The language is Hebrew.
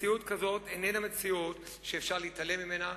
מציאות כזאת איננה מציאות שאפשר להתעלם ממנה,